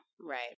Right